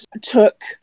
took